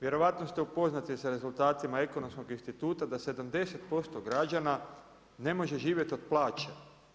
Vjerojatno ste upoznati sa rezultatima Ekonomskog instituta da 70% građana ne može živjeti od plaće.